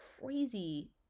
crazy